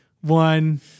one